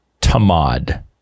tamad